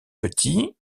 petits